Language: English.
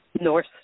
North